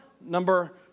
number